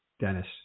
Dennis